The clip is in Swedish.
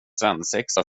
svensexa